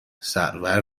سرور